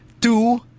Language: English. Two